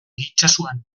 itsasoan